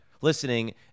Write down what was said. listening